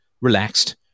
relaxed